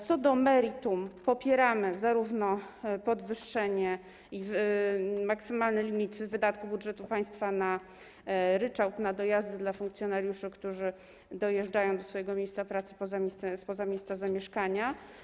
Co do meritum, to popieramy zarówno podwyższenie maksymalnego limitu wydatków budżetu państwa na ryczałt na dojazdy dla funkcjonariuszy, którzy dojeżdżają do swojego miejsca pracy spoza miejsca zamieszkania.